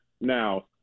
Now